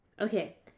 Okay